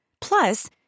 Plus